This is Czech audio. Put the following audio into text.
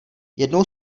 jednou